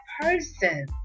person